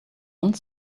want